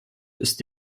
ist